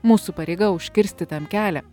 mūsų pareiga užkirsti tam kelią